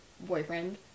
boyfriend